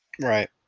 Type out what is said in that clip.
Right